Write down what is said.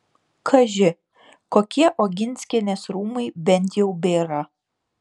kaži kokie oginskienės rūmai bent jau bėra